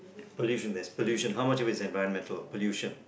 pollution there's pollution how much of it is environmental pollution